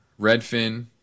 Redfin